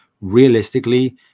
realistically